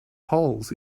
holes